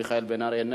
מיכאל בן-ארי,